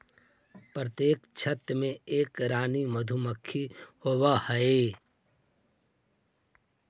प्रत्येक छत्ते में एक रानी मधुमक्खी होवअ हई